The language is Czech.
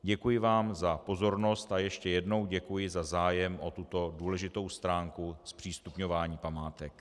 Děkuji vám za pozornost a ještě jednou děkuji za zájem o tuto důležitou stránku zpřístupňování památek.